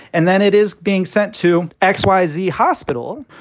and then it is being sent to x, y, z hospital.